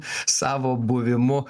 savo buvimu